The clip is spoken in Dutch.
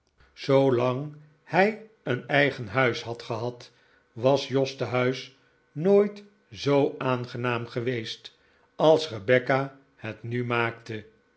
zoolang hij een eigen huis had gehad was jos tehuis nooit zoo aangenaam geweest als rebecca het nu maakte